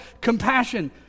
compassion